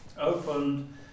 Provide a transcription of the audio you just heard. opened